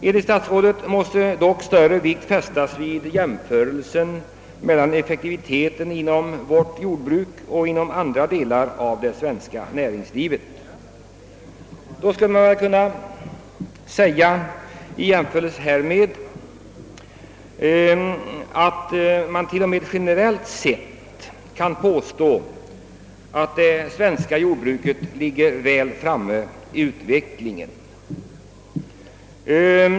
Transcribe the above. Enligt statsrådet måste »större vikt fästas vid jämförelser mellan effektiviteten inom vårt jordbruk och inom andra delar av det svenska näringslivet». Generellt sett kan man väl ändå säga att vårt jordbruk ligger väl framme.